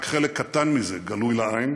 רק חלק קטן מזה, גלוי לעין,